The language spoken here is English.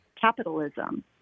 capitalism